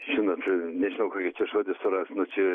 žinot nežinau kokį čia žodį surast nu čia